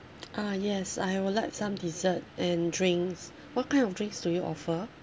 ah yes I would like some dessert and drinks what kind of drinks do you offer